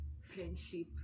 friendship